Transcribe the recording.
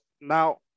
Now